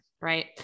right